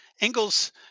Engels